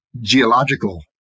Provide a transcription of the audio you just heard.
geological